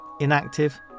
inactive